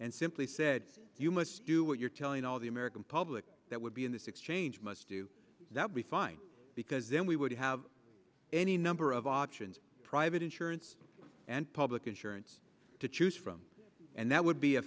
and simply said you must do what you're telling all the american public that would be in this exchange must do that be fine because then we would have any number of options private insurance and public insurance to choose from and that would be a